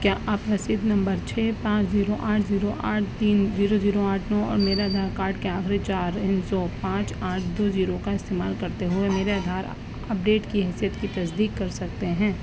کیا آپ رسید نمبر چھ پانچ زیرو آٹھ زیرو آٹھ تین زیرو زیرو آٹھ نو اور میرا آدھار کاڈ کے آخری چار ہندسوں پانچ آٹھ دو زیرو کا استعمال کرتے ہوئے میرے آدھار اپڈیٹ کی حیثیت کی تصدیق کر سکتے ہیں